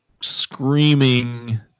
screaming